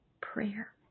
prayer